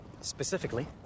specifically